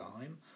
time